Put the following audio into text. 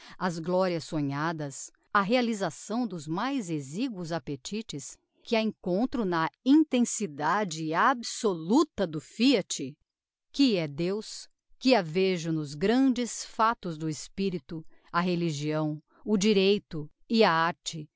as glorias sonhadas a realisação dos mais exiguos appetites que a encontro na intensidade absoluta do fiat que é deus que a vejo nos grandes factos do espirito a religião o direito e a